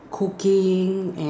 cooking and